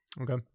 Okay